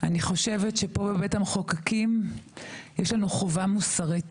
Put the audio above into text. אני חושבת שפה בבית המחוקקים יש לנו חובה מוסרית,